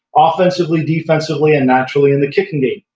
ah offensively, defensively, and naturally in the kicking game,